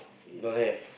don't have